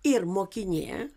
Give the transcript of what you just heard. ir mokinė